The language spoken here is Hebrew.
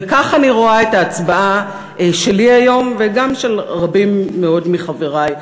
וככה אני רואה את ההצבעה שלי היום וגם של רבים מאוד מחברי,